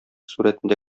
сурәтендә